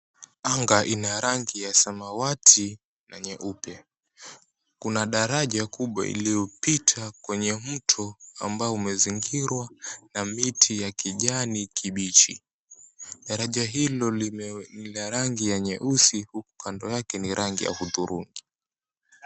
Anga ina rangi ya samawati na nyeupe. Kuna daraja kubwa iliyopita kwenye mto ambao umezingirwa na miti ya kijani kibichi. Daraja hilo lina rangi ya nyeusi huku kando yake ni rangi ya hudhurungi.